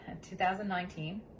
2019